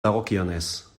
dagokienez